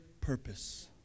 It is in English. purpose